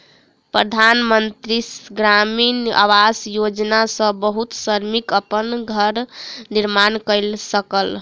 प्रधान मंत्री ग्रामीण आवास योजना सॅ बहुत श्रमिक अपन घर निर्माण कय सकल